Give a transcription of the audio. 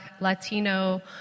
Latino